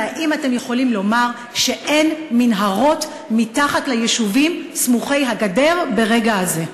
האם אתם יכולים לומר שאין מנהרות מתחת ליישובים סמוכי-הגדר ברגע זה?